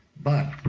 but,